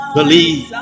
Believe